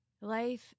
life